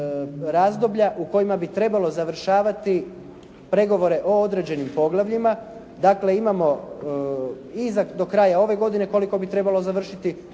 razdoblja u kojima bi trebalo završavati pregovore o određenim poglavljima. Dakle, imamo i do kraja ove godine koliko bi trebalo završiti,